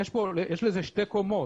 יש לזה שתי קומות.